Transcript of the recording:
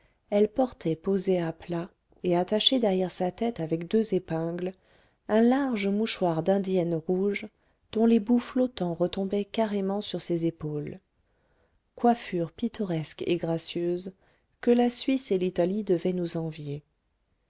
elle portait posé à plat et attaché derrière sa tête avec deux épingles un large mouchoir d'indienne rouge dont les bouts flottants retombaient carrément sur ses épaules coiffure pittoresque et gracieuse que la suisse et l'italie devaient nous envier